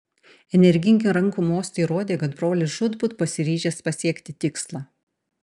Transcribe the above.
energingi rankų mostai rodė kad brolis žūtbūt pasiryžęs pasiekti tikslą